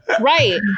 Right